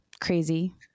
Crazy